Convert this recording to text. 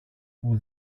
που